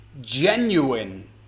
genuine